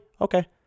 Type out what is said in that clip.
okay